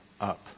up